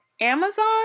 Amazon